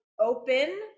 open